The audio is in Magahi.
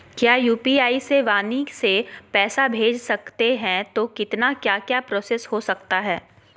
क्या यू.पी.आई से वाणी से पैसा भेज सकते हैं तो कितना क्या क्या प्रोसेस हो सकता है?